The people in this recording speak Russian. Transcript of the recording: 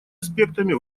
аспектами